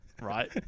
Right